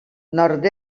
nord